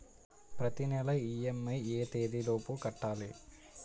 ప్రతినెల ఇ.ఎం.ఐ ఎ తేదీ లోపు కట్టాలి?